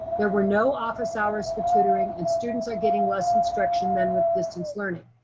there were no office hours for tutoring and students are getting less instruction than with distance learning.